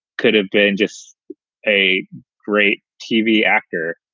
could have been just a great tv actor.